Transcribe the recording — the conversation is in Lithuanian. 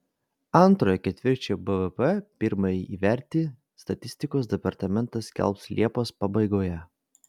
antrojo ketvirčio bvp pirmąjį įvertį statistikos departamentas skelbs liepos pabaigoje